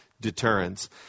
deterrence